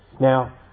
Now